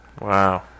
Wow